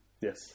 Yes